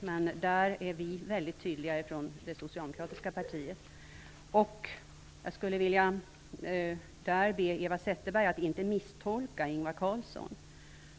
Men vi i det socialdemokratiska partiet är väldigt tydliga i vår uppfattning. Jag vill passa på att be Eva Zetterberg att inte misstolka Ingvar Carlsson.